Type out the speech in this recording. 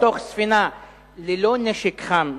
בתוך ספינה ללא נשק חם,